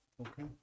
okay